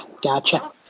gotcha